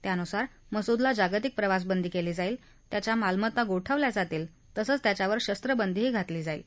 त्यानुसार मसूदला जागतिक प्रवासबंदी केली जाईल त्याच्या मालमत्ता गोठवल्या जातील तसंच त्याच्यावर शरत्रबंदीही घातली जाईल